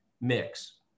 mix